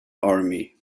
army